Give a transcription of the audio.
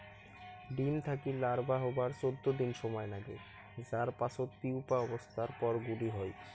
ডিম থাকি লার্ভা হবার চৌদ্দ দিন সমায় নাগে যার পাচত পিউপা অবস্থার পর গুটি হই